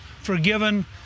forgiven